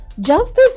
justice